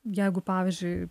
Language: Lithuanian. jeigu pavyzdžiui